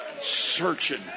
searching